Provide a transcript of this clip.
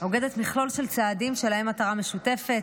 אוגדת מכלול של צעדים שיש להם מטרה משותפת,